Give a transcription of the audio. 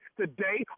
today